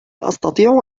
أستطيع